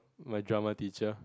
my drama teacher